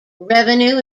revenue